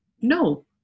no